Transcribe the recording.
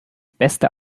beste